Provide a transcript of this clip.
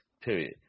period